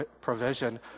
provision